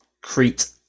Crete